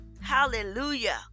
hallelujah